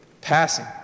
passing